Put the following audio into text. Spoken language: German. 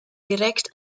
direkt